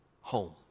home